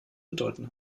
bedeuten